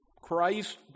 Christ